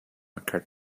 occurred